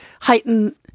heighten